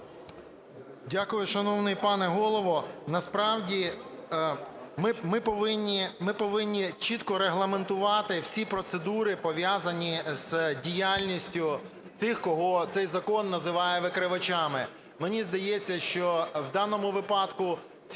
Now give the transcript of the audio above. Дякую, шановний пане Голово. Насправді ми повинні, ми повинні чітко регламентувати всі процедури, пов'язані з діяльністю тих, кого цей закон називає викривачами. Мені здається, що в даному випадку